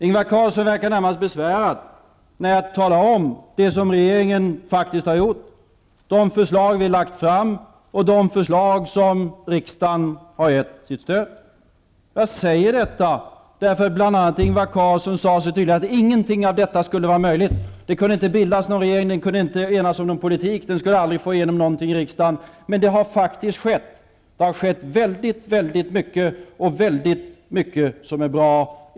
Ingvar Carlsson verkar närmast besvärad när jag talar om det som regeringen faktiskt har gjort, de förslag vi har lagt fram och de förslag som riksdagen har gett sitt stöd. Jag säger det därför att bl.a. Ingvar Carlsson sade att ingenting av detta skulle vara möjligt. Det skulle inte kunna bildas någon regering, den skulle inte kunna enas om någon politik, den skulle aldrig få igenom någonting i riksdagen. Men det har faktiskt skett. Det har skett väldigt väldigt mycket och väldigt mycket som är bra.